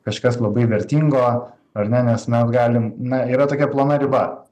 kažkas labai vertingo ar ne nes mes galim na yra tokia plona riba